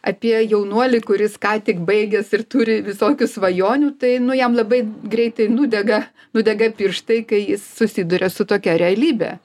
apie jaunuolį kuris ką tik baigęs ir turi visokių svajonių tai nu jam labai greitai nudega nudega pirštai kai jis susiduria su tokia realybe